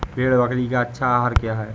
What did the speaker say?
भेड़ बकरी का अच्छा आहार क्या है?